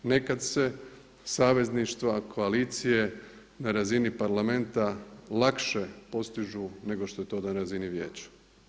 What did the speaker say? Nekad se savezništva koalicije na razini Parlamenta lakše postižu nego što je to na razini Vijeća.